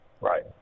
Right